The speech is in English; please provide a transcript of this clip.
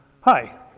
Hi